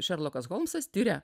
šerlokas holmsas tiria